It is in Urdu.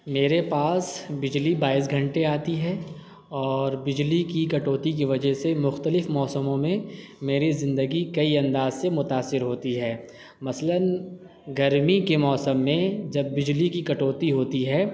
میرے پاس بجلی بائیس گھنٹے آتی ہے اور بجلی کی کٹوتی کی وجہ سے مختلف موسموں میں میری زندگی كئی انداز سے متأثر ہوتی ہے مثلاً گرمی كے موسم میں جب بجلی کی کٹوتی ہوتی ہے